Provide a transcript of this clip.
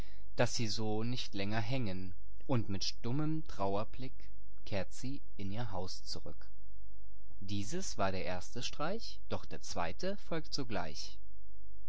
daß sie so nicht länger hängen illustration und kehrt zurück und mit stummem trauerblick kehrt sie in ihr haus zurück dieses war der erste streich doch der zweite folgt sogleich